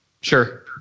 Sure